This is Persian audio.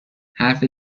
حرف